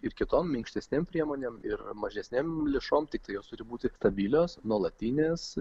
ir kitom minkštesni priemonėm ir mažesnėm lėšom tiktai jos turi būti stabilios nuolatinės